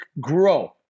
grow